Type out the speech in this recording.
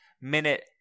Minute